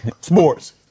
Sports